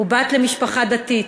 ובת למשפחה דתית,